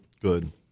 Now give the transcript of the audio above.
good